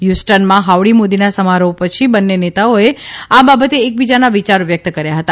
હ્યુસ્ટનમાં howdy મોદીના સમારોહ પછી બંને નેતાઓએ આ બાબતે એકબીજાના વિયારો વ્યકત કર્યા હતા